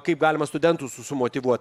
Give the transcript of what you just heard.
kaip galima studentus sumotyvuot